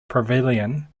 pavilion